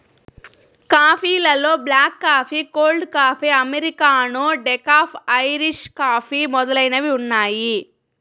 coffee లలో black coffee, cold coffee, americano, decaf, Irish coffee మొదలైనవి ఉన్నాయి